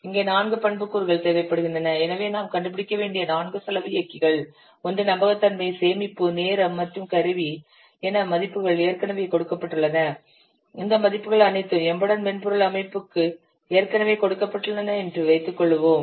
இங்கே நான்கு பண்புக்கூறுகள் தேவைப்படுகின்றன எனவே நாம் கண்டுபிடிக்க வேண்டிய நான்கு செலவு இயக்கிகள் ஒன்று நம்பகத்தன்மை சேமிப்பு நேரம் மற்றும் கருவி என மதிப்புகள் ஏற்கனவே கொடுக்கப்பட்டுள்ளன இந்த மதிப்புகள் அனைத்தும் எம்பெடெட் மென்பொருள் அமைப்புக்கு ஏற்கனவே கொடுக்கப்பட்டுள்ளன என்று வைத்துக்கொள்வோம்